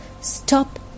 Stop